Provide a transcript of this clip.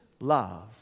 love